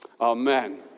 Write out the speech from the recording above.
amen